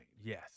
Yes